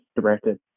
directed